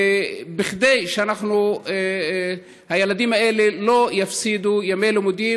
כדי שהילדים האלה לא יפסידו ימי לימודים.